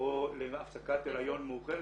או להפסקת הריון מאוחרת.